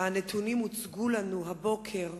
והנתונים הוצגו לנו הבוקר,